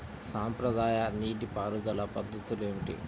సాంప్రదాయ నీటి పారుదల పద్ధతులు ఏమిటి?